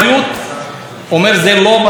זה לא באחריות שלי,